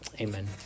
Amen